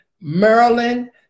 Maryland